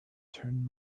turn